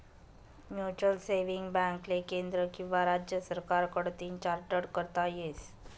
mutual saving बॅकले केंद्र किंवा राज्य सरकार कडतीन चार्टट करता येस